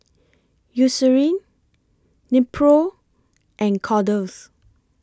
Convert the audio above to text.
Eucerin Nepro and Kordel's